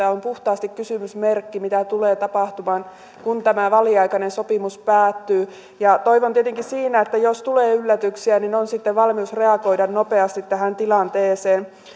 on puhtaasti kysymysmerkki mitä tulee tapahtumaan kun tämä väliaikainen sopimus päättyy toivon siinä tietenkin sitä että jos tulee yllätyksiä niin on sitten valmius reagoida nopeasti tähän tilanteeseen